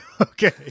Okay